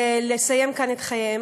ולסיים כאן את חייהם.